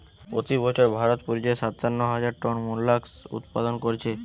পোতি বছর ভারত পর্যায়ে সাতান্ন হাজার টন মোল্লাসকস উৎপাদন কোরছে